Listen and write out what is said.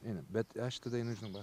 einam bet aš tada einu va